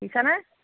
বুজিছানে